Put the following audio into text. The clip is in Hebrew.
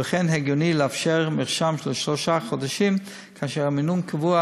ולכן הגיוני לאפשר מרשם לשלושה חודשים כאשר המינון קבוע,